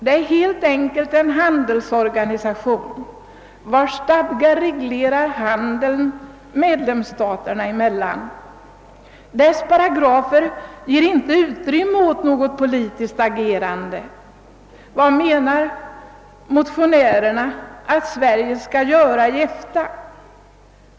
Det är helt enkelt en handelsorganisation, vars stadgar reglerar handeln medlemsstaterna emellan. Stadgarnas paragrafer ger inte utrymme för något politiskt agerande. Vad menar motionärerna att Sverige skall göra i EFTA?